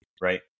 right